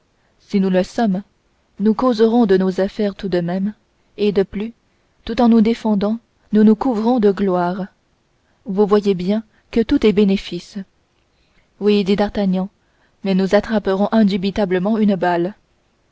si nous le sommes nous causerons de nos affaires tout de même et de plus tout en nous défendant nous nous couvrons de gloire vous voyez bien que tout est bénéfice oui dit d'artagnan mais nous attraperons indubitablement une balle